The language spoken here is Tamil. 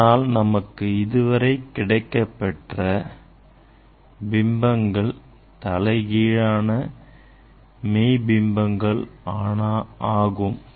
ஆனால் நமக்கு இதுவரை கிடைக்கப்பெற்ற பிம்பங்கள் தலைகீழான மெய் பிம்பங்கள் ஆகும்